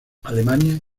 alemania